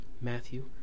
Matthew